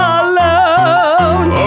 alone